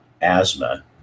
asthma